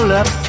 up